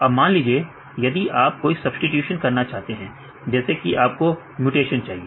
अब मान लीजिए यदि आप कोई सब्स्टिटूशन करना चाहते हैं जैसे कि आपको म्यूटेशन चाहिए